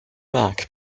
mac